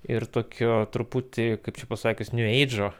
ir tokio truputį kaip čia pasakius niueidžo